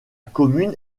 commune